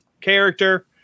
character